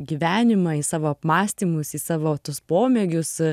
gyvenimą į savo apmąstymus į savo tuos pomėgius